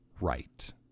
right